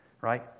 Right